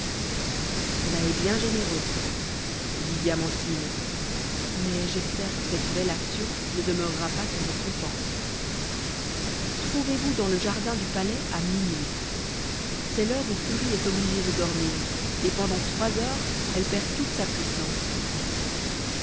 cela est bien généreux dit diamantine mais j'espère que cette belle action ne demeurera pas sans récompense trouvez-vous dans le jardin du palais à minuit c'est l'heure où furie est obligée de dormir et pendant trois heures elle perd toute sa puissance